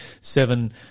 seven